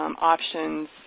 options